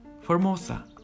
Formosa